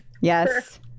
Yes